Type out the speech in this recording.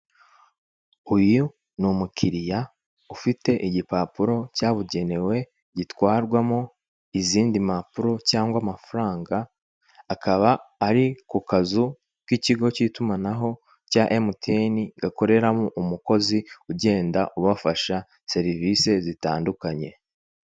Uyu ni umukiriya ufite igipapuro cyabugenewe gitwarwamo izindi mpapuro cyangwa amafaranga akaba ari ku kazu k'ikigo k'itumanaho cya Mtn gakoreramo umukozi ugenda abafasha serivise zitandukanye.